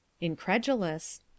Incredulous